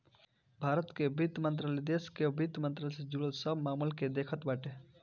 भारत कअ वित्त मंत्रालय देस कअ वित्त से जुड़ल सब मामल के देखत बाटे